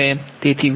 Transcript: તેથી Vgi1